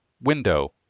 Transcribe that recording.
Window